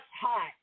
hot